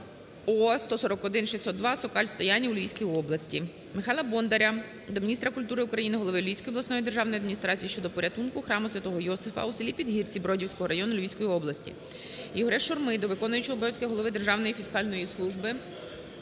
О141602Сокаль-Стоянів у Львівській області. Михайла Бондаря до міністра культури України, голови Львівської обласної державної адміністрації щодо порятунку храму святого Йосифа у селіПідгірці Бродівського району Львівської області. ІгоряШурми до виконуючого обов'язки голови Державної фіскальної служби